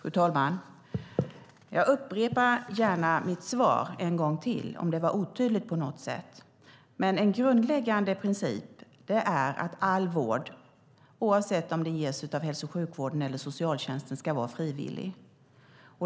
Fru talman! Jag upprepar gärna mitt svar ytterligare en gång ifall det på något sätt var otydligt. En grundläggande princip är att all vård, oavsett om den ges av hälso och sjukvården eller av socialtjänsten, ska vara frivillig.